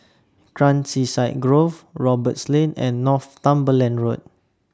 Countryside Grove Roberts Lane and Northumberland Road